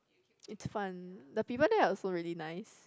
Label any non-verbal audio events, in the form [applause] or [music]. [noise] it's fun the people there are also really nice